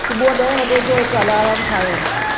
सुबुह ॾह वॻे जो हिकु अलाराम ठाहियो